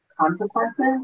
consequences